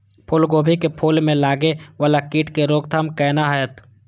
फुल गोभी के फुल में लागे वाला कीट के रोकथाम कौना हैत?